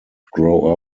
grow